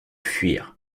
fuir